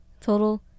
total